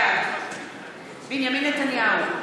בעד בנימין נתניהו,